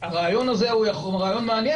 הרעיון הזה מעניין,